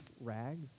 rags